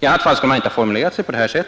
I annat fall skulle utskottet inte formulerat sig på detta sätt.